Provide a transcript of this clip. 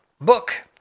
book